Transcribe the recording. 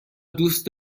دوست